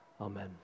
amen